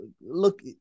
look